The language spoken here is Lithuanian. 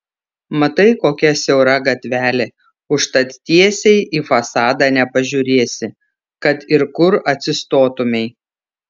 matai kokia siaura gatvelė užtat tiesiai į fasadą nepažiūrėsi kad ir kur atsistotumei